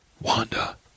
Wanda